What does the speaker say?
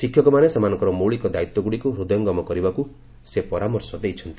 ଶିକ୍ଷକମାନେ ସେମାନଙ୍କର ମୌଳିକ ଦାୟିତ୍ୱଗୁଡ଼ିକୁ ହୃଦୟଭ୍ଗମ କରିବାକୁ ସେ ପରାମର୍ଶ ଦେଇଛନ୍ତି